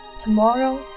tomorrow